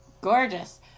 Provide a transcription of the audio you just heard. Gorgeous